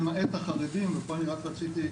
למעט החרדים ופה אני רק רציתי,